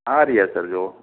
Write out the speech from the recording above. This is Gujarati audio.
આ રહ્યા સર જુઓ